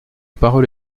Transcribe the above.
parole